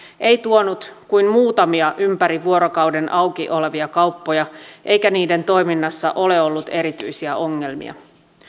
ei tuonut kuin muutamia ympärivuorokauden auki olevia kauppoja eikä niiden toiminnassa ole ollut erityisiä ongelmia